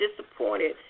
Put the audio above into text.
disappointed